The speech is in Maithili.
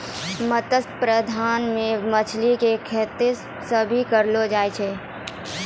मत्स्य प्रबंधन मे मछली के खैबो भी करलो जाय